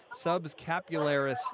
subscapularis